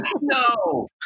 No